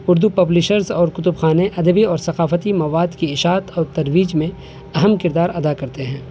Urdu publishers اور کتب خانے ادبی اور ثقافتی مواد کی اشاعت اور ترویج میں اہم کردار ادا کرتے ہیں